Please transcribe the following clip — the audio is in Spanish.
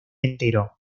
entero